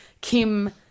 Kim